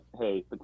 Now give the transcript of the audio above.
hey